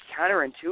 counterintuitive